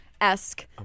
esque